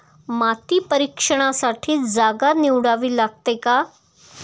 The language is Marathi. माती परीक्षणासाठी जागा निवडावी लागते का?